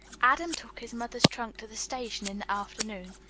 adam took his mother's trunk to the station in the afternoon.